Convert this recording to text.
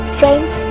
friends